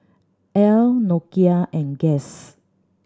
Elle Nokia and Guess